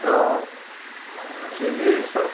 तो इसीलिए यह सब